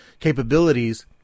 capabilities